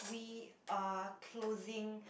we are closing